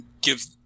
give